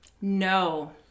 No